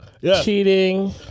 cheating